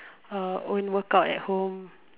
uh own workout at home